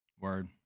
Word